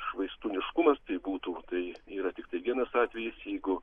švaistūniškumas tai būtų tai yra tiktai vienas atvejis jeigu